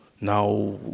now